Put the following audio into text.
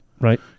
Right